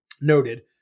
noted